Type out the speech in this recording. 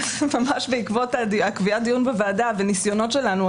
ממש בעקבות קביעת הדיון בוועדה וניסיונות שלנו,